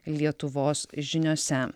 lietuvos žiniose